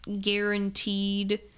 guaranteed